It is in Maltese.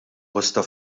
bosta